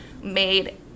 made